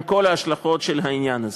עם כל ההשלכות של העניין הזה,